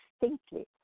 distinctly